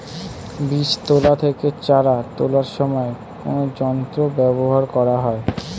বীজ তোলা থেকে চারা তোলার সময় কোন যন্ত্র ব্যবহার করা হয়?